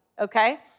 okay